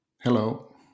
Hello